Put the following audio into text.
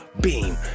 Beam